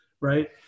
Right